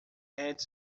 adds